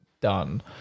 done